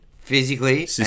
Physically